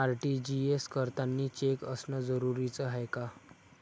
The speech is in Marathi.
आर.टी.जी.एस करतांनी चेक असनं जरुरीच हाय का?